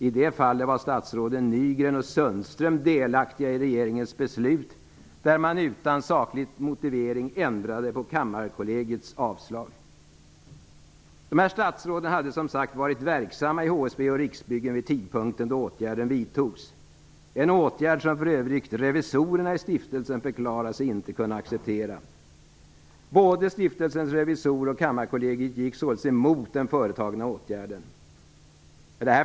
I det fallet var statsråden Nygren och Sundström delaktiga i regeringens beslut, där man utan saklig motivering ändrade på Dessa statsråd hade som sagt varit verksamma i HSB och Riksbyggen vid den tidpunkt då åtgärden vidtogs - en åtgärd som för övrigt revisorerna i stiftelsen förklarade sig inte kunna acceptera. Både stiftelsens revisorer och Kammarkollegiet gick således emot den företagna åtgärden.